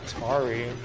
Atari